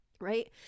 right